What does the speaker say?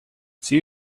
see